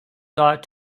thought